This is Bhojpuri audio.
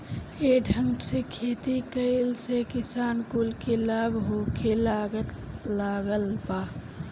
ये ढंग से खेती कइला से किसान कुल के लाभ होखे लागल बा